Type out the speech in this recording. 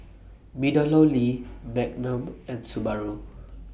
Meadowlea Magnum and Subaru